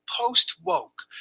Post-Woke